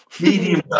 medium